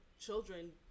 children